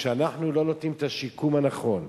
שאנחנו לא נותנים את השיקום הנכון.